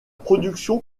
production